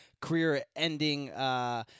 career-ending